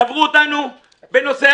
קברו אותנו בנושא